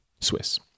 Swiss